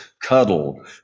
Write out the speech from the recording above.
cuddle